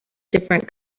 different